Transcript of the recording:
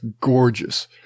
gorgeous